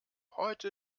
heute